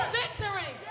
victory